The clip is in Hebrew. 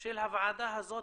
של הוועדה הזאת,